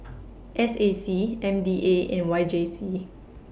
S A C M D A and Y J C